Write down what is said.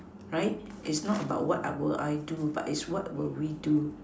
right is not about what I will I do but it's what will we do